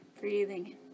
Breathing